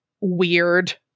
weird